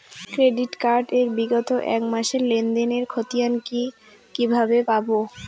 Credit card এর বিগত এক মাসের লেনদেন এর ক্ষতিয়ান কি কিভাবে পাব?